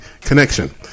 Connection